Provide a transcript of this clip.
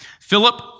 Philip